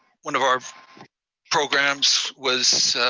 one of our programs was